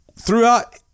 throughout